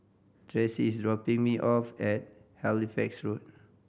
Traci is dropping me off at Halifax Road